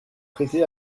traité